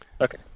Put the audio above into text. Okay